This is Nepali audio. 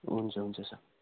हुन्छ हुन्छ सर